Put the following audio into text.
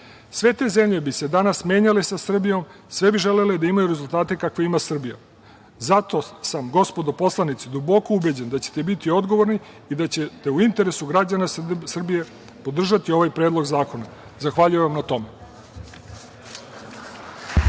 te zemlje bi se danas menjale sa Srbijom, sve bi želele da imaju rezultate kakve ima Srbija. Zato sam, gospodo poslanici, duboko ubeđen da ćete biti odgovorni i da ćete u interesu građana Srbije podržati ovaj predlog zakona. Zahvaljujem vam na tome.